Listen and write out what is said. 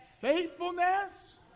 faithfulness